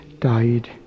died